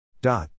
Dot